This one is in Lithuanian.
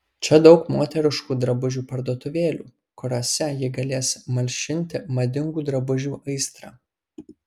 čia daug moteriškų drabužių parduotuvėlių kuriose ji galės malšinti madingų drabužių aistrą